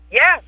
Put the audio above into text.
Yes